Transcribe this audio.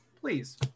Please